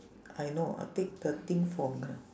I know I take the thing for gra~